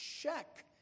Check